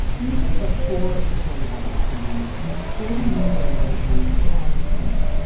even before the coronavirus pandemic, almost forty million americans were on snap.